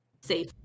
safe